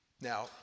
Now